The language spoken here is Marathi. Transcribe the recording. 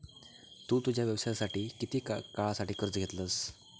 तु तुझ्या व्यवसायासाठी किती काळासाठी कर्ज घेतलंस?